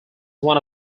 one